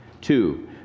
two